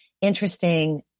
interesting